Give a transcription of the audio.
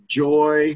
joy